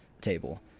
table